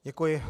Děkuji.